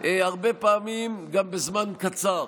והרבה פעמים גם בזמן קצר.